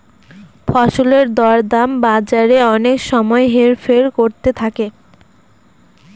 ফসলের দর দাম বাজারে অনেক সময় হেরফের করতে থাকে